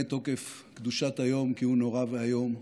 תוקף קדושת היום כי הוא נורא ואיום",